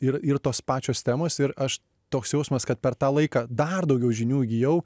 ir ir tos pačios temos ir aš toks jausmas kad per tą laiką dar daugiau žinių įgijau